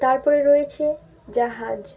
তারপরে রয়েছে জাহাজ